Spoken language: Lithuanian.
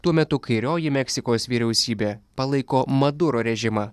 tuo metu kairioji meksikos vyriausybė palaiko maduro režimą